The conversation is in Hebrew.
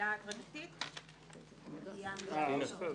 בתחילה ההדרגתית תהיה המילה "תקשורתי,